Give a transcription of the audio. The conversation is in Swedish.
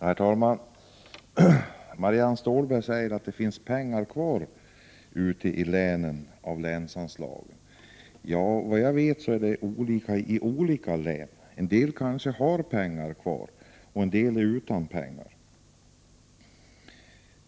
Herr talman! Marianne Stålberg sade att det finns pengar kvar av länsanslagen ute i länen. Såvitt jag vet är det olika i de olika länen. En del kanske har pengar kvar, medan andra är utan pengar.